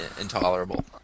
intolerable